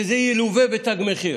שזה ילווה בתג מחיר.